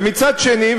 ומצד שני,